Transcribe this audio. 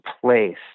place